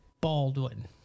Baldwin